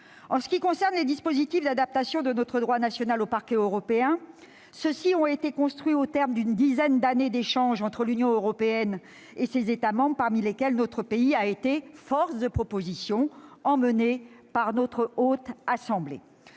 En ce qui concerne les dispositifs d'adaptation de notre droit national au Parquet européen, ceux-ci ont été construits au terme d'une dizaine d'années d'échanges entre l'Union européenne et ses États membres, parmi lesquels notre pays a été force de proposition, emmené par notre Haute Assemblée.